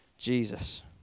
Jesus